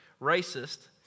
racist